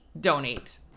donate